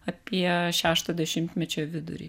apie šešto dešimtmečio vidurį